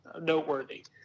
Noteworthy